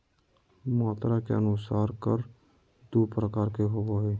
मात्रा के अनुसार कर दू प्रकार के होबो हइ